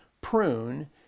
prune